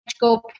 go